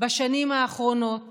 בשנים האחרונות